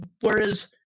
Whereas